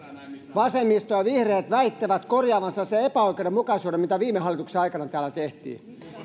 vasemmisto ja vihreät väittävät korjaavansa sen epäoikeudenmukaisuuden mitä viime hallituksen aikana täällä tehtiin